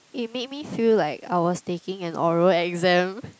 it made me feel like I was taking an oral exam